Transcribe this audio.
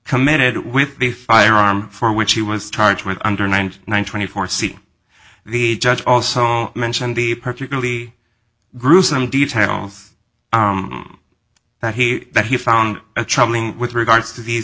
committed with the firearm for which he was charged with under ninety one twenty four c the judge also mentioned the particularly gruesome details that he that he found a troubling with regards to these